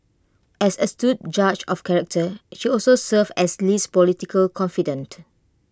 as astute judge of character she also served as Lee's political confidante